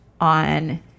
on